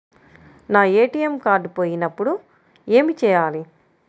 నా ATM card పోయినప్పుడు ఏమి చేయాలి?